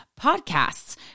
podcasts